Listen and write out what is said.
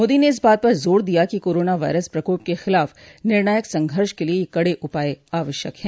मोदी ने इस बात पर जोर दिया कि कोरोना वायरस प्रकोप के खिलाफ निर्णायक संघर्ष के लिए ये कड़े उपाय आवश्यक हैं